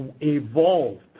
evolved